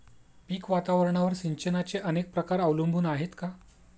पीक वातावरणावर सिंचनाचे अनेक प्रकार अवलंबून आहेत का?